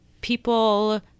people